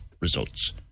results